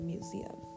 Museum